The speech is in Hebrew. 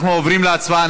אנחנו עוברים להצבעה.